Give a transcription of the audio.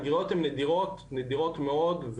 הגריעות הן נדירות מאוד,